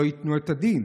לא ייתנו את הדין.